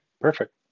perfect